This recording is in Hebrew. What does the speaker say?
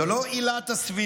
זו לא עילת הסבירות,